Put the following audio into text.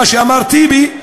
מה שאמר טיבי,